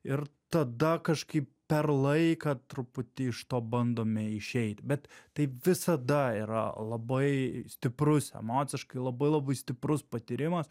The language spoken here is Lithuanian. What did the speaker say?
ir tada kažkaip per laiką truputį iš to bandome išeit bet taip visada yra labai stiprus emociškai labai labai stiprus patyrimas